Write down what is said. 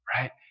right